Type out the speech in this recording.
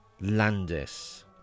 Landis